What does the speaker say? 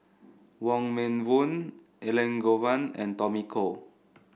Wong Meng Voon Elangovan and Tommy Koh